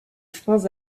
freins